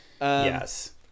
Yes